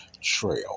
trail